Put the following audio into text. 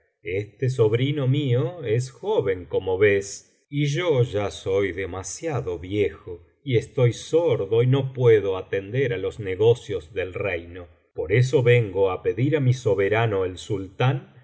este sobrino mío es joven como ves y yo biblioteca valenciana generalitat valenciana las mil noches y una noche ya soy demasiado viejo y estoy sordo y no puedo atender á los negocios del reino por eso vengo á pedir á mi soberano el sultán